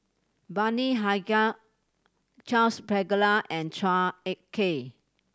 Bani Haykal Charles Paglar and Chua Ek Kay